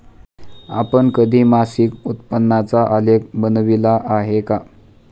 आपण कधी मासिक उत्पन्नाचा आलेख बनविला आहे का?